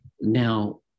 Now